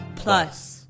Plus